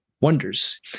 wonders